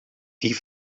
die